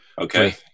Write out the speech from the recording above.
Okay